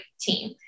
team